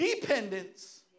dependence